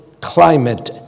climate